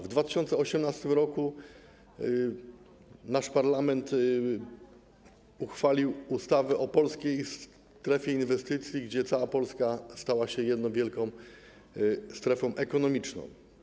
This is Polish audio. W 2018 r. nasz parlament uchwalił ustawę o Polskiej Strefie Inwestycji, zgodnie z którą cała Polska stała się jedną wielką strefą ekonomiczną.